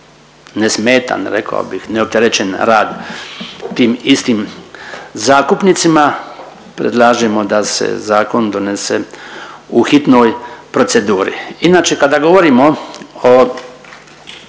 rekao bih neopterećen rad tim istim zakupnicima predlažemo da se zakon donese u hitnoj proceduru. Inače kada govorimo o